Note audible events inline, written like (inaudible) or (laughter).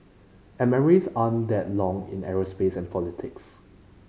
(unintelligible) aren't that long in aerospace and politics